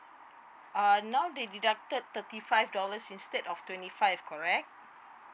uh now they dedeucted thirty five dollars instead of twenty five correct